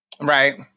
right